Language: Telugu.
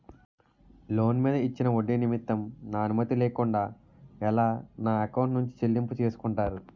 లోన్ మీద ఇచ్చిన ఒడ్డి నిమిత్తం నా అనుమతి లేకుండా ఎలా నా ఎకౌంట్ నుంచి చెల్లింపు చేసుకుంటారు?